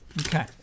Okay